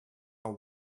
are